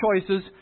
choices